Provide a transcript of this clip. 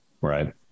right